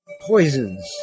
poisons